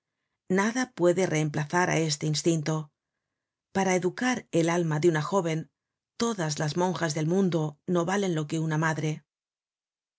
nada puede reemplazar á este instinto para educar el alma de una jóven todas las monjas del mundo no valen lo que una madre